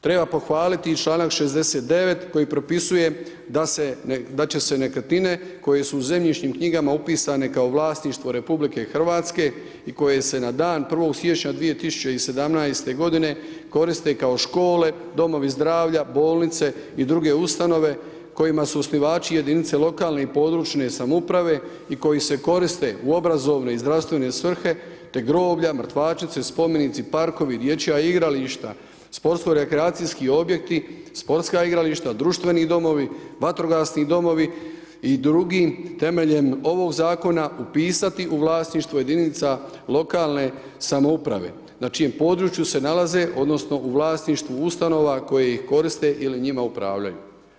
Treba pohvaliti i članak 69. koji propisuje da će se nekretnine koje su u zemljišnim knjigama upisane kao vlasništvo Republike Hrvatske i koje se na dan 1. siječnja 2017. koriste kao škole, domovi zdravlja, bolnice i druge ustanove kojima su osnivači jedinice lokalne i područne samouprave i koji se koriste u obrazovne i zdravstvene svrhe, te groblja, mrtvačnice, spomenici, parkovi, dječja igrališta, sportsko-rekreacijski objekti, sportska igrališta, društveni domovi, vatrogasni domovi i drugi temeljem ovoga zakona upisati u vlasništvo jedinica lokalne samouprave na čijem području se nalaze, odnosno u vlasništvu ustanova koje ih koriste ili njima upravljaju.